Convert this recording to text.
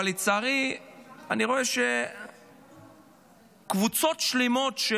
אבל לצערי אני רואה שקבוצות שלמות של